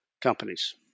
companies